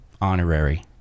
honorary